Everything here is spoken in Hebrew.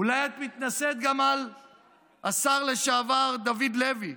אולי את מתנשאת גם על השר לשעבר דוד לוי,